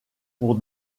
pour